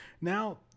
Now